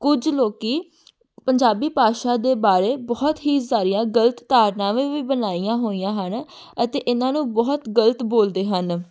ਕੁਝ ਲੋਕ ਪੰਜਾਬੀ ਭਾਸ਼ਾ ਦੇ ਬਾਰੇ ਬਹੁਤ ਹੀ ਸਾਰੀਆਂ ਗਲਤ ਧਾਰਨਾਵਾਂ ਵੀ ਬਣਾਈਆਂ ਹੋਈਆਂ ਹਨ ਅਤੇ ਇਹਨਾਂ ਨੂੰ ਬਹੁਤ ਗਲਤ ਬੋਲਦੇ ਹਨ